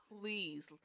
please